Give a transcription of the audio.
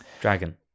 Dragon